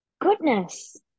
Goodness